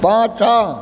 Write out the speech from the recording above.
पाछाँ